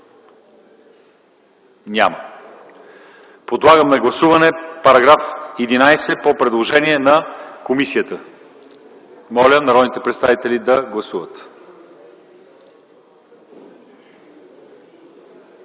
Няма. Подлагам на гласуване § 10 по предложение на комисията. Моля народните представители да гласуват.